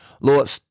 Lord